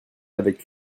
avec